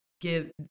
give